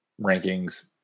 rankings